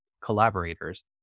collaborators